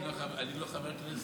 אני לא חבר כנסת.